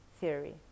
theory